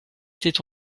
était